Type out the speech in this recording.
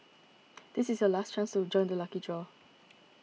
this is your last chance to join the lucky draw